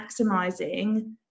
maximizing